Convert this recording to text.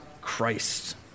Christ